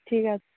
ঠিক আছে